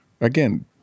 Again